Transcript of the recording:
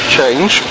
change